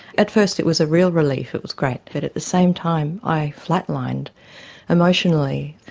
at first it was a real relief, it was great. but at the same time i flat-lined emotionally.